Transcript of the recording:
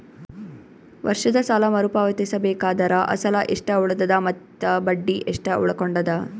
ವರ್ಷದ ಸಾಲಾ ಮರು ಪಾವತಿಸಬೇಕಾದರ ಅಸಲ ಎಷ್ಟ ಉಳದದ ಮತ್ತ ಬಡ್ಡಿ ಎಷ್ಟ ಉಳಕೊಂಡದ?